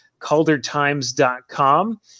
caldertimes.com